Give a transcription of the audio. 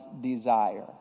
desire